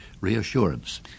reassurance